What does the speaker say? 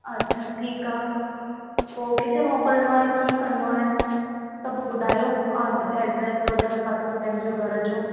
अच्छा ठीकु आहे पोइ किथे मोकिलिणो आहे कीअं करिणो आहे सभु ॿुधायो एड्रेस वगै़रह पतो पंहिंजे घर जो